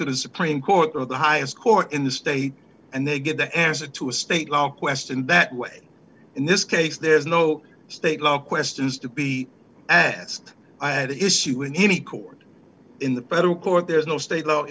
to the supreme court of the highest court in the state and they get the answer to a state law question that way in this case there's no state law questions to be asked i had an issue in any court in the federal court there is no state law